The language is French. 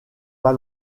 pas